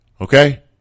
okay